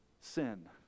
sin